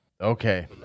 Okay